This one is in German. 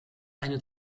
eine